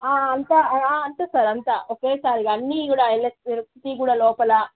అంతా అంతా సార్ అంతా ఒకేసారి ఇక అన్నీ కూడా ఎలక్ట్రిసిటీ కూడా లోపల